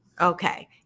Okay